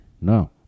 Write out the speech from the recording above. No